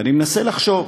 ואני מנסה לחשוב: